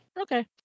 Okay